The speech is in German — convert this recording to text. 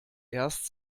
erst